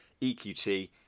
EQT